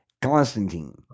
Constantine